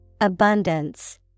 Abundance